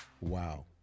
Wow